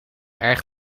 erg